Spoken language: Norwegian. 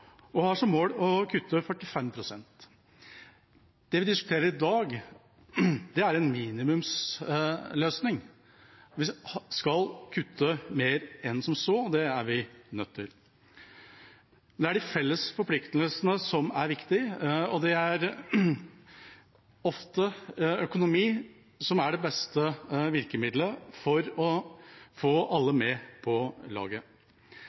og har som mål å kutte 45 pst. Det vi diskuterer i dag, er en minimumsløsning. Vi skal kutte mer enn som så, det er vi nødt til. Det er de felles forpliktelsene som er viktige, og det er ofte økonomi som er det beste virkemiddelet for å få alle med på laget.